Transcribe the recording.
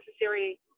necessary